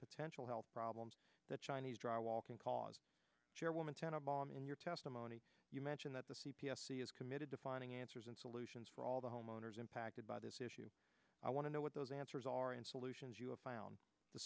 potential health problems that chinese drywall can cause woman ten a bomb in your testimony you mention that the c p s see is committed to finding answers and solutions for all the homeowners impacted by this issue i want to know what those answers are and solutions you have found the